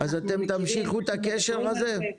אז אתם תמשיכו את הקשר הזה?